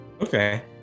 okay